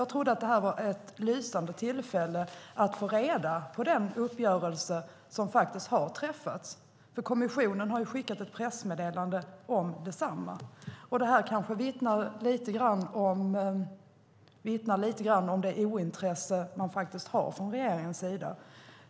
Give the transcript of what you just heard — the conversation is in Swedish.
Jag trodde att det här var ett lysande tillfälle att få veta mer om den uppgörelse som har träffats, för kommissionen har ju skickat ett pressmeddelande om densamma. Det kanske vittnar lite grann om ointresset från regeringens sida.